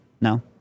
No